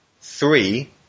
three